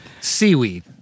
Seaweed